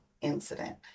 incident